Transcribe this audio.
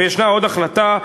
ויש עוד החלטה,